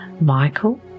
Michael